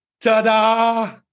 ta-da